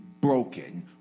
broken